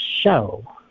show